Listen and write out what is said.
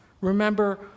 Remember